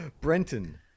Brenton